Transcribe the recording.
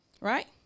right